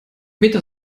meta